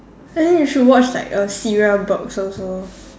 I think you should watch like a cereal box also